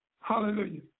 Hallelujah